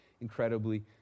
incredibly